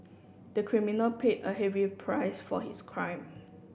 the criminal paid a heavy price for his crime